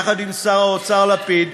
יחד עם שר האוצר לפיד,